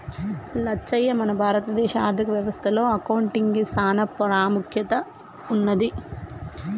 లచ్చయ్య మన భారత దేశ ఆర్థిక వ్యవస్థ లో అకౌంటిగ్కి సాన పాముఖ్యత ఉన్నది